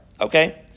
Okay